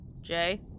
Jay